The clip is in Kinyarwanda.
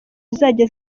zizajya